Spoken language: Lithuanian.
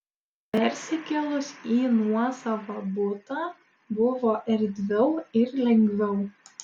persikėlus į nuosavą butą buvo erdviau ir lengviau